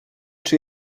czy